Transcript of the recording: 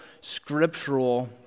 scriptural